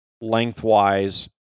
lengthwise